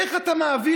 איך אתה מעביר?